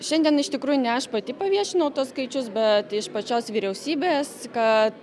šiandien iš tikrųjų ne aš pati paviešinau tuos skaičius bet iš pačios vyriausybės kad